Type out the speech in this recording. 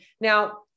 Now